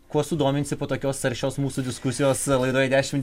kuo sudominsi po tokios aršios mūsų diskusijos laidoje dešimt